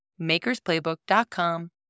makersplaybook.com